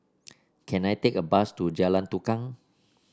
can I take a bus to Jalan Tukang